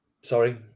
Sorry